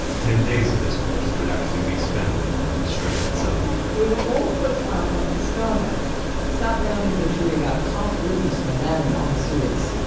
ten days of this course would actually be spent on the strip itself we were all put up at the stardust scott brown and venturi got comped rooms for them and all the students,